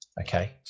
okay